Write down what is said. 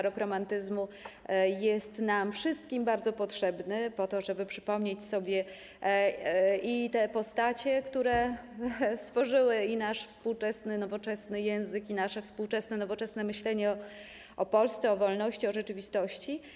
Rok romantyzmu jest nam wszystkim bardzo potrzebny po to, żeby przypomnieć sobie te postacie, które stworzyły nasz współczesny, nowoczesny język i nasze współczesne, nowoczesne myślenie o Polsce, o wolności, o rzeczywistości.